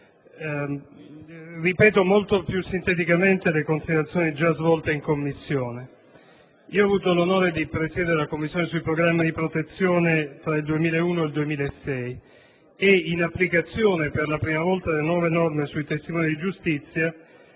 ripeto molto più sinteticamente le considerazioni già svolte in Commissione. Ho avuto l'onore di presiedere la Commissione sui programmi di protezione tra il 2001 e il 2006 e, in applicazione - per la prima volta - delle nuove norme sui testimoni di giustizia,